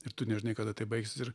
ir tu nežinai kada tai baigsis ir